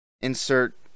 Insert